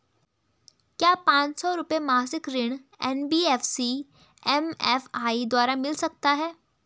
क्या पांच सौ रुपए मासिक ऋण एन.बी.एफ.सी एम.एफ.आई द्वारा मिल सकता है?